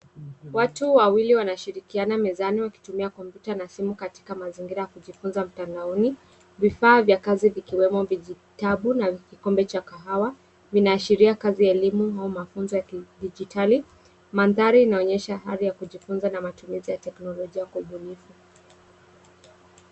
Watu wawili wanashirikiana mezani wakitumia kompyuta na simu katika mazingira ya kujifunza mtandaoni, vifaa vya kazi vikiwemo vijitabu, na vikombe cha kahawa, vinaashiria kazi ya elimu, au mafunzo ya kidijitali. Mandhari inaonyesha hadhi ya kujifunza, na matumizi ya teknolojia kwa ubunifu.